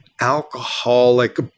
alcoholic